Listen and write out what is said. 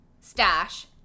stash